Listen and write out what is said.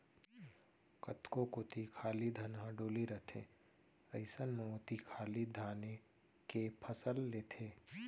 कतको कोती खाली धनहा डोली रथे अइसन म ओती खाली धाने के फसल लेथें